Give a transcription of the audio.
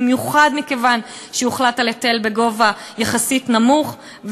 במיוחד מכיוון שהוחלט על היטל בגובה יחסית נמוך,